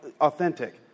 authentic